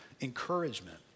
Encouragement